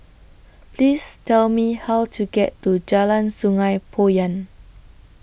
Please Tell Me How to get to Jalan Sungei Poyan